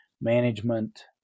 management